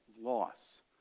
loss